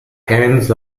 cairns